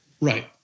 Right